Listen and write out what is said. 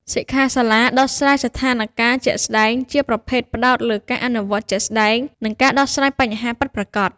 សិក្ខាសាលាដោះស្រាយស្ថានការណ៍ជាក់ស្តែង ជាប្រភេទផ្តោតលើការអនុវត្តជាក់ស្តែង និងការដោះស្រាយបញ្ហាពិតប្រាកដ។